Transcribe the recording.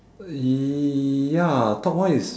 uh ya top one is